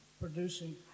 producing